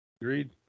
Agreed